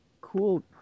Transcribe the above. cool